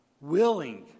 willing